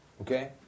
okay